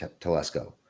Telesco